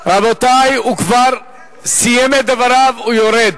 רבותי, הוא כבר סיים את דבריו, הוא יורד.